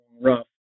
rough